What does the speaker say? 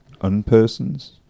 Unpersons